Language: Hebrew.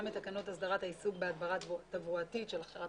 גם תקנות הסדרת העיסוק בהדברה תברואתית של הכשרת